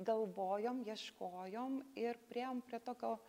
galvojom ieškojom ir priėjom prie tokio